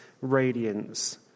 radiance